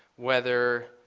whether